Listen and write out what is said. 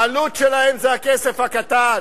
העלות שלהם זה הכסף הקטן,